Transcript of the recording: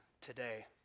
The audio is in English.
today